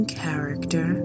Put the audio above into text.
character